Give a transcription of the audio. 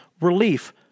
relief